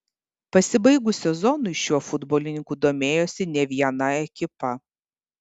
pasibaigus sezonui šiuo futbolininku domėjosi ne viena ekipa